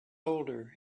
older